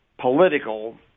political